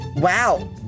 wow